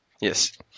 Yes